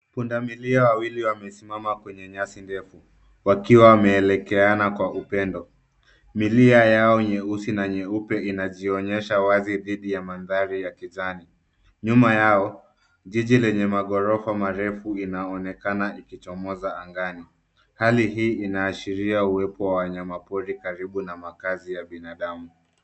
Punda milia wawili wamesimama kwenye nyasi ndefu, wakiwa wameelekeana kwa upendo. Milia yao nyeusi na nyeupe inajionyesha wazi dhidi ya mandhari ya kijani. Nyuma yao, jiji lenye maghorofa marefu inaonekana ikichomoza angani. Hali hii inaashiria uwepo wa wanyamapori karibu na makazi ya binadamu.